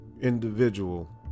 individual